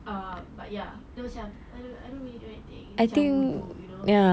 uh but ya dia macam um I don't really do anything dia macam wudhu gitu you know